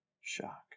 Shock